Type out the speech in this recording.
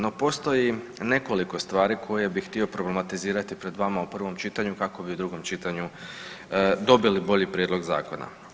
No postoji nekoliko stvari koje bih htio problematizirati pred vama u prvom čitanju kako bi u drugom čitanju dobili bolji prijedlog zakona.